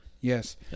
Yes